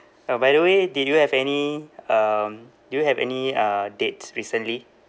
oh by the way did you have any um do you have any uh dates recently